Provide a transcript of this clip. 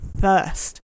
first